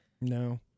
No